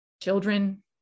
children